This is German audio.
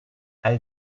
all